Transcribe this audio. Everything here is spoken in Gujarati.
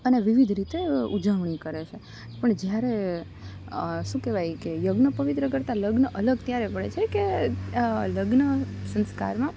અને વિવિધ રીતે ઉજવણી કરે છે પણ જ્યારે શું કહેવાય કે યજ્ઞોપવિત કરતાં લગ્ન અલગ ત્યારે પડે છે કે લગ્ન સંસ્કારમાં